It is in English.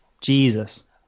Jesus